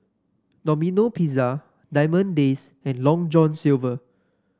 Domino Pizza Diamond Days and Long John Silver